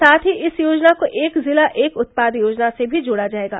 साथ ही इस योजना को एक जिला एक उत्पाद योजना से भी जोड़ा गया है